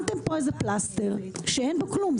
שמתם פה איזה פלסטר שאין בו כלום.